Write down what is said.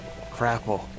Crapple